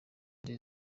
there